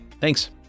Thanks